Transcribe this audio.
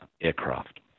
aircraft